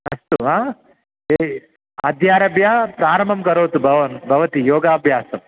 अस्तु हा यदि अद्यारभ्य प्रारम्भं करोतु भवान् भवती योगाभ्यासं